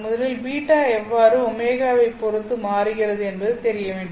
முதலில் β எவ்வாறு ω வைப் பொறுத்து மாறுகிறது என்பது தெரிய வேண்டும்